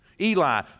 eli